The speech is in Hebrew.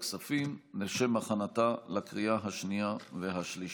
הכספים לשם הכנתה לקריאה השנייה והשלישית.